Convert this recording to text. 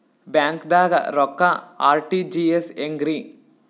ಬ್ಯಾಂಕ್ದಾಗ ರೊಕ್ಕ ಆರ್.ಟಿ.ಜಿ.ಎಸ್ ಹೆಂಗ್ರಿ?